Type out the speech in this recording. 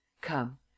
come